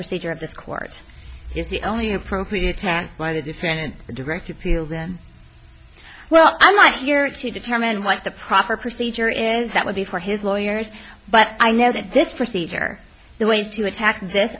procedure of this court is the only appropriate tack by the defendant a direct appeal then well i'm not here to determine what the proper procedure is that would be for his lawyers but i know that this procedure the ways to attack this